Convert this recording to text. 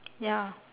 ya